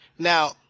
Now